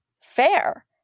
fair